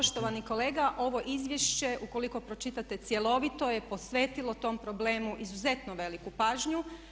Poštovani kolega ovo izvješće ukoliko pročitate cjelovito je posvetilo tom problemu izuzetno veliku pažnju.